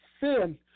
sin